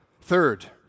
Third